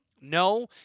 No